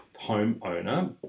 homeowner